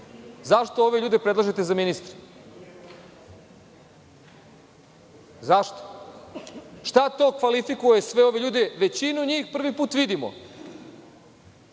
zašto ove ljude predlažete za ministre? Šta to kvalifikuje sve ove ljude? Većinu njih prvi put vidimo.